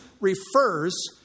refers